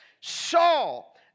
Saul